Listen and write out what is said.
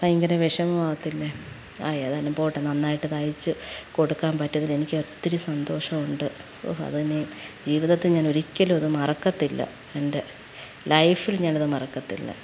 ഭയങ്കര വിഷമമാവത്തില്ലേ ആ ഏതാനും പോട്ടെ നന്നായിട്ടു തയ്ച്ചു കൊടുക്കാം പറ്റിയതിൽ എനിക്ക് ഒത്തിരി സന്തോഷമുണ്ട് ഓ അത് ഇനി ജീവിതത്തിൽ ഞാൻ ഒരിക്കലും അതു മറക്കത്തില്ല എൻ്റെ ലൈഫിൽ ഞാനത് മറക്കത്തില്ല